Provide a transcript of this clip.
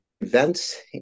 events